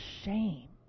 shame